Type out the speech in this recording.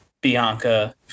Bianca